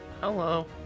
hello